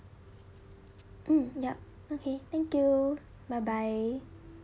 mm yup okay thank you bye bye